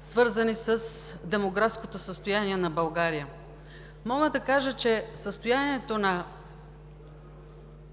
свързани с демографското състояние на България. Мога да кажа, че състоянието на